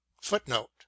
footnote